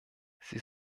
sie